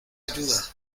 ayuda